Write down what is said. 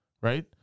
right